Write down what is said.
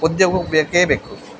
ಉದ್ಯೋಗವು ಬೇಕೇ ಬೇಕು